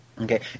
Okay